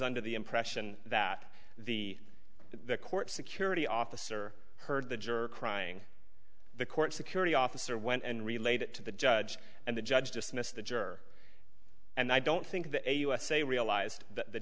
under the impression that the court security officer heard the juror crying the court security officer went and relayed it to the judge and the judge dismissed the juror and i don't think the usa realized that the